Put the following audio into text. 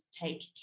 take